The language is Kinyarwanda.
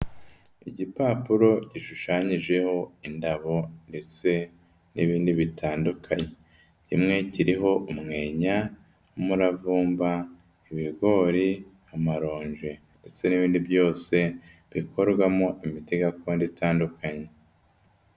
Igipapuro gishushanyijeho indabo ndetse n'ibindi bitandukanye. Rimwe kiriho umwenya, umuravumba, ibigori, amaronji ndetse n'ibindi byose bikorwamo imiti gakondo itandukanye.